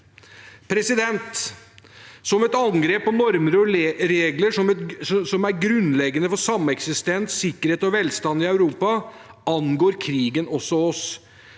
forpliktelser. Som et angrep på normer og regler som er grunnleggende for sameksistens, sikkerhet og velstand i Europa, angår krigen også oss.